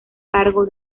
cargo